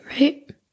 Right